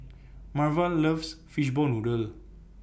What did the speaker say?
Marva loves Fishball Noodle